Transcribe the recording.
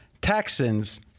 Texans